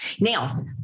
Now